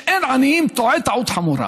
שאין עניים, טועה טעות חמורה.